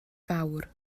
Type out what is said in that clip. fawr